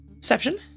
Perception